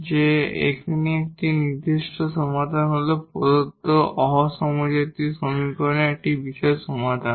যে একটি নির্দিষ্ট সমাধান হল প্রদত্ত নন হোমোজিনিয়াস সমীকরণের একটি বিশেষ সমাধান